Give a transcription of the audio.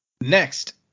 Next